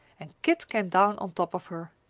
and kit came down on top of her.